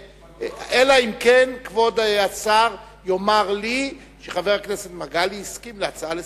אלא אם כן כבוד השר יאמר לי שחבר הכנסת מגלי והבה הסכים להצעה לסדר-יום.